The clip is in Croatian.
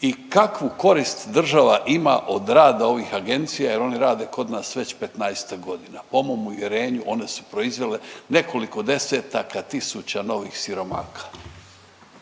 i kakvu korist država ima od rada ovih agencija jer one rade kod nas već 15-ak godina. Po mom uvjerenju, one su proizvele nekoliko desetaka tisuća novih siromaka.